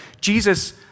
Jesus